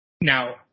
Now